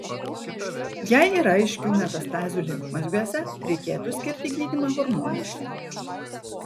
jei yra aiškių metastazių limfmazgiuose reikėtų skirti gydymą hormonais